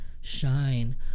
shine